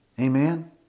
Amen